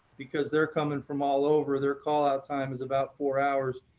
because they're coming from all over. their call out time is about four hours.